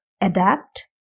adapt